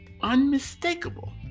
unmistakable